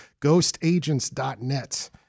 Ghostagents.net